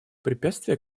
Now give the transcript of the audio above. препятствия